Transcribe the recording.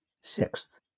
Sixth